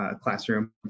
Classroom